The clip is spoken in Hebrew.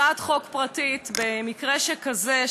הצעת חוק פרטית במקרה כזה,